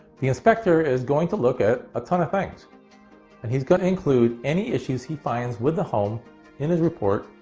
the inspector is going to look at a ton of things and he's going to include any issues he finds with the home in his report,